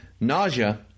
Nausea